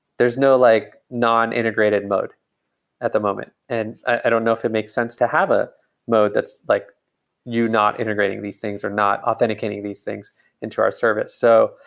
there's no like non-integrated mode at the moment. and i don't know if it makes sense to have a mode that's like you not integrating these things or not authenticating these things into our service. so,